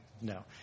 no